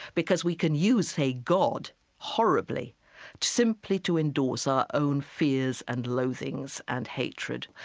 because we can use a god horribly simply to endorse our own fears and loathings and hatred,